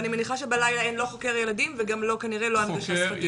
ואני מניחה שבלילה אין לא חוקר ילדים וגם כנראה לא הנגשה שפתית.